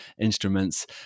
instruments